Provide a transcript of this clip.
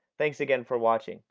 thanks again for watching.